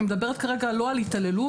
אני מדברת כרגע לא על התעללות,